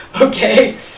okay